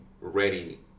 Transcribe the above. ready